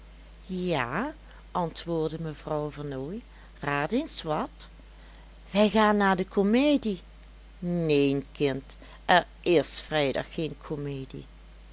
ja antwoordde mevrouw vernooy raad eens wat we gaan naar de comedie neen kind er is vrijdag geen comedie